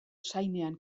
zainean